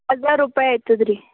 ಹಜಾರ್ ರೂಪಾಯಿ ಆಯ್ತದ್ರಿ